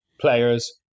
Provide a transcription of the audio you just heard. players